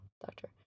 doctor